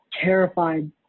terrified